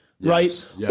Right